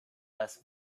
less